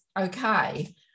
okay